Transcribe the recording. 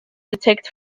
detect